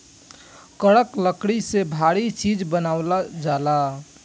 करक लकड़ी से भारी चीज़ बनावल जाला